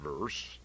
verse